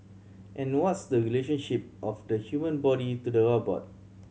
and what's the relationship of the human body to the robot